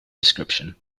description